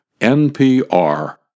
N-P-R